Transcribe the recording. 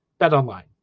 BetOnline